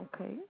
Okay